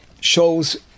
shows